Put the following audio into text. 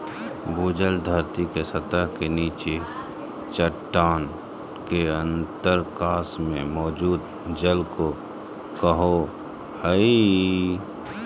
भूजल धरती के सतह के नीचे चट्टान के अंतरकाश में मौजूद जल के कहो हइ